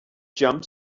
jump